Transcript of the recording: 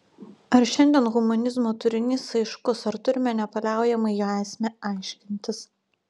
ar šiandien humanizmo turinys aiškus ar turime nepaliaujamai jo esmę aiškintis